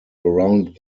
around